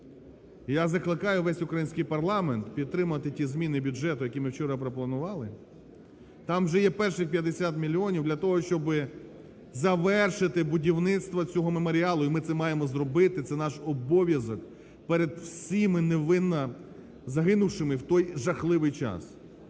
Я закликаю весь український парламент підтримати ті зміни бюджету, які ми вчора пропонували. Там вже є перші 50 мільйонів для того, щоб завершити будівництво цього меморіалу, і ми це маємо зробити, це наш обов'язок перед всіма невинно загинувшими в той жахливий час.